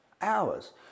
hours